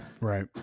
Right